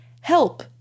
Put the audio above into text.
help